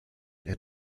schon